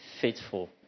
faithful